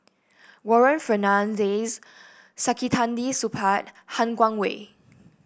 Warren Fernandez Saktiandi Supaat Han Guangwei